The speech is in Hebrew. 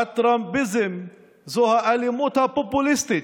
הטראמפיזם זה האלימות הפופוליסטית,